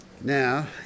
Now